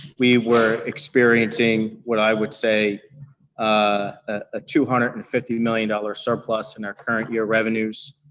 we were experiencing what i would say a two hundred and fifty million dollars surplus in our current year revenues.